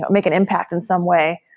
but make an impact in some way,